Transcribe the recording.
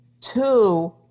Two